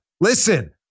Listen